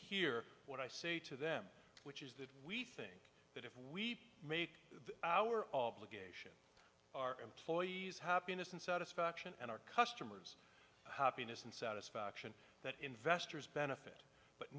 here what i say to them is that we think that if we make our obligation our employees happiness and satisfaction and our customers happiness and satisfaction that investors benefit but